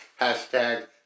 hashtag